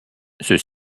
ceux